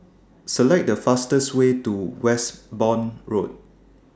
Select The fastest Way to Westbourne Road